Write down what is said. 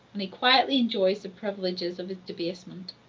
and he quietly enjoys the privileges of his debasement.